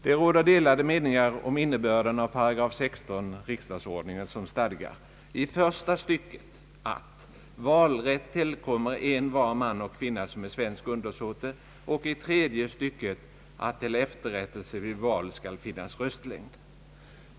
Det råder delade meningar om innebörden av § 16 riksdagsordningen, som stadgar i första stycket, att »valrätt tillkommer en var man och kvinna som är svensk undersåte...» och i tredje stycket, att »till efterrättelse vid val skall finnas röstlängd. ..».